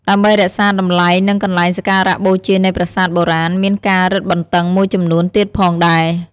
ដើម្បីរក្សាតម្លៃ និងកន្លែងសក្ការៈបូជានៃប្រាសាទបុរាណ មានការរឹតបន្តឹងមួយចំនួនទៀតផងដែរ។